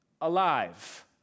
alive